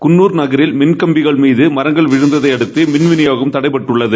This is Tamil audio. குன்னூர் பகுதியில் மின்கம்பிகள் மீது மரங்கள் விழுந்ததையடுத்து மின் விநியோகம் தடைபட்டுள்ளது